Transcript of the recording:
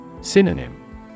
Synonym